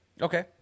Okay